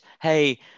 hey